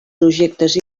projectes